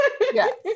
Yes